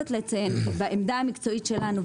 בעמדה המקצועית שלנו,